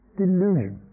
delusion